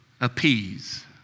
appease